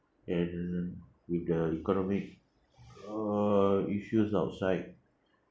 and with the economic err issues outside